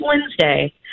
Wednesday